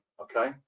okay